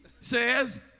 says